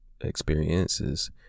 experiences